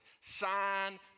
sign